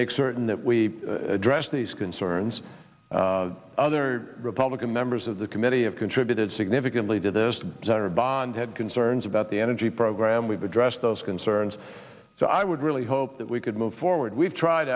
make certain that we address these concerns other republican members of the committee have contributed significantly to those two hundred bond had concerns about the energy program we've addressed those concerns so i would really hope that we could move forward we've tried